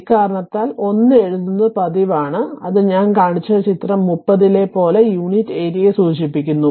ഇക്കാരണത്താൽ 1 എഴുതുന്നത് പതിവാണ് അത് ഞാൻ കാണിച്ച ചിത്രം 30 ലെ പോലെ യൂണിറ്റ് ഏരിയയെ സൂചിപ്പിക്കുന്നു